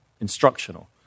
instructional